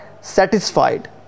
satisfied